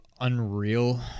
unreal